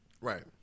Right